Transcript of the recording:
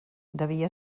devia